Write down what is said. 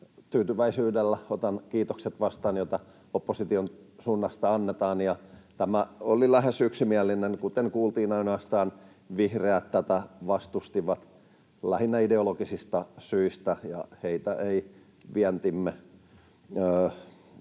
tyytyväisyydellä otan vastaan kiitokset, joita opposition suunnasta annetaan. Tämä oli lähes yksimielinen, kuten kuultiin. Ainoastaan vihreät tätä vastustivat lähinnä ideologisista syistä, ja heitä ei vientimme